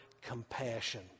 compassion